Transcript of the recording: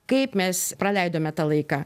kaip mes praleidome tą laiką